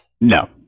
No